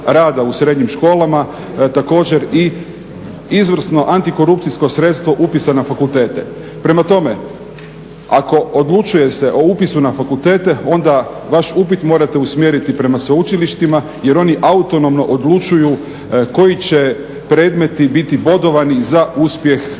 u srednjim školama također i izvrsno antikorupcijsko sredstvo upisa na fakultete. Prema tome, ako odlučuje se o upisu na fakultete onda vaš upit morate usmjeriti prema sveučilištima jer oni autonomno odlučuju koji će predmeti biti bodovani za uspjeh na